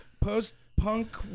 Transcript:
post-punk